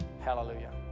hallelujah